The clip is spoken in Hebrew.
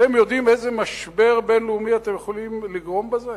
אתם יודעים איזה משבר בין-לאומי אתם יכולים לגרום בזה?